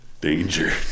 Danger